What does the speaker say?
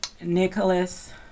Nicholas